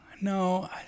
No